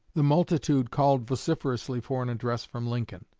the multitude called vociferously for an address from lincoln.